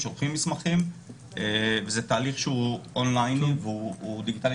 הם שולחים מסמכים וזה תהליך שהוא און-ליין והוא דיגיטלי